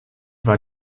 war